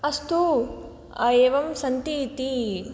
अस्तु एवं सन्ति इति